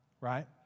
right